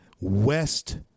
West